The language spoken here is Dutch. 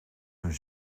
hun